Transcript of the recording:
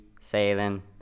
sailing